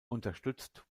unterstützt